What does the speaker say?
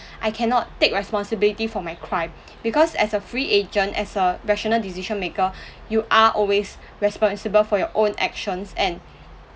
I cannot take responsibility for my crime because as a free agent as a rational decision-maker you are always responsible for your own actions and